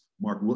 Mark